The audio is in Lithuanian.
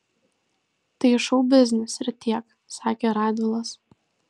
tai šou biznis ir tiek sakė radvilas